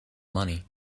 money